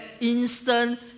instant